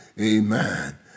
amen